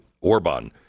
Orban